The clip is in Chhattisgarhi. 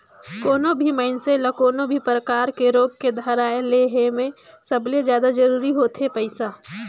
कोनो भी मइनसे ल कोनो भी परकार के रोग के धराए ले हे में सबले जादा जरूरी होथे पइसा